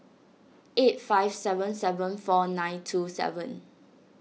eight five seven seven four nine two seven